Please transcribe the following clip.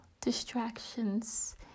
distractions